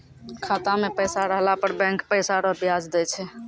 खाता मे पैसा रहला पर बैंक पैसा रो ब्याज दैय छै